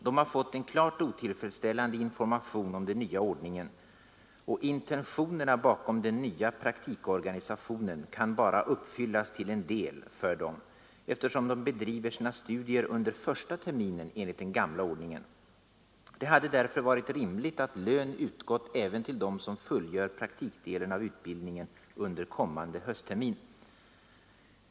De har fått en klart otillfredsställande information om den nya ordningen, och intentionerna bakom den nya praktikorganisationen kan bara uppfyllas till en del för dem, eftersom de bedriver sina studier under första terminen enligt den gamla ordningen. Det hade därför varit rimligt att lön utgått även till dem som fullgör praktikdelen av utbildningen under kommande hösttermin.